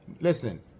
Listen